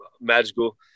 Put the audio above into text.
magical